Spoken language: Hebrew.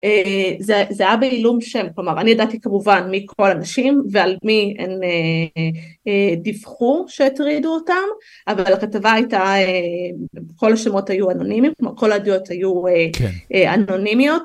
זה היה בעילום שם, כלומר אני ידעתי כמובן מי כל אנשים ועל מי הם דיווחו שהטרידו אותם, אבל הכתבה הייתה, כל השמות היו אנונימיים, כל הדעות היו אנונימיות.